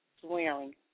swearing